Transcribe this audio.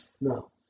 No